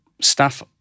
staff